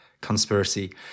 conspiracy